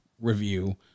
review